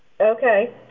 Okay